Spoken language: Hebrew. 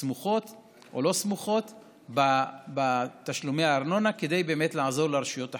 סמוכות או לא סמוכות בתשלומי הארנונה כדי לעזור לרשויות החלשות.